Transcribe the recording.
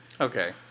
Okay